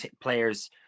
players